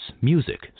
music